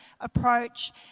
approach